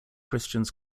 christians